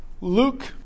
Luke